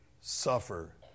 suffer